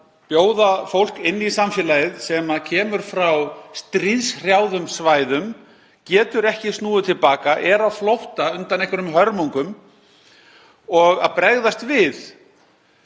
bjóða fólki inn í samfélagið sem kemur frá stríðshrjáðum svæðum, getur ekki snúið til baka, er á flótta undan einhverjum hörmungum, og að bregðast við.